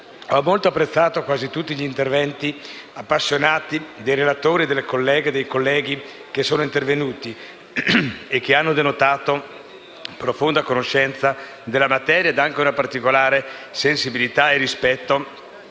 Ho molto apprezzato quasi tutti gli interventi appassionati dei relatori, delle colleghe e dei colleghi, che hanno denotato una conoscenza profonda della materia e anche una particolare sensibilità e rispetto.